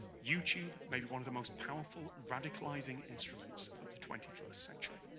youtube may be one of the most powerful radicalizing instruments of the twenty first century